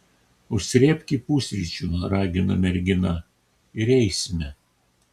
užsrėbki pusryčių ragino mergina ir eisime